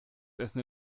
essen